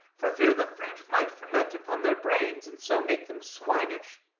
for fear the fruit might ferment upon their brains, and so make them swinish.